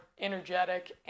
energetic